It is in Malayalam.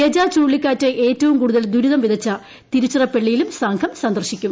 ഗജ ചുഴലിക്കാറ്റ് ഏറ്റവും കൂടുതൽ ദുരിതം വിതച്ച തിരുച്ചിറപ്പള്ളിയും സംഘം സന്ദർശിക്കും